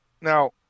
Now